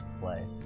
play